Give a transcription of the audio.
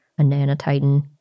Ananotitan